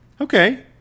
okay